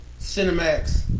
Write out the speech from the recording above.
Cinemax